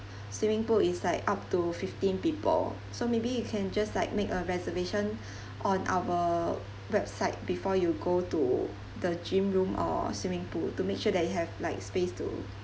swimming pool is like up to fifteen people so maybe you can just like make a reservation on our website before you go to the gym room or swimming pool to make sure that you have like space to